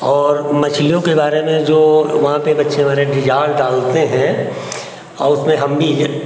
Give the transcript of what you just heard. और मछलियों के बारे में जो वहाँ पर बच्चे हमारे कि जाल डालते हैं और उसमें हम भी जब